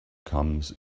comes